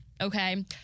Okay